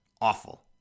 Awful